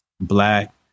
Black